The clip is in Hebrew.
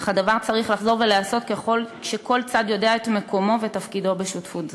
אך הדבר צריך להיעשות כשכל צד יודע את מקומו ואת תפקידו בשותפות זו.